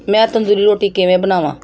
ਮੈਂ ਤੰਦੂਰੀ ਰੋਟੀ ਕਿਵੇਂ ਬਣਾਵਾਂ